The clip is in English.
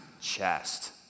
chest